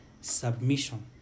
submission